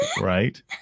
right